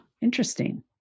interesting